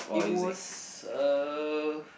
it was uh